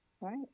Right